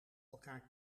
elkaar